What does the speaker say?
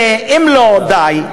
ואם לא די,